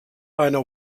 einer